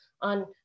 on